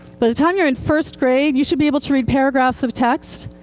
but the time you're in first grade, you should be able to read paragraphs of text